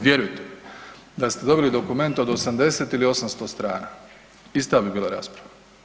Vjerujte mi, da ste dobili dokument od 80 ili 800 strana, ista bi bila rasprava.